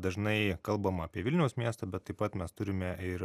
dažnai kalbama apie vilniaus miestą bet taip pat mes turime ir